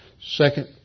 Second